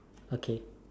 okay